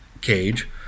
cage